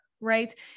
right